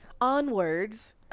onwards